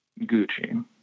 Gucci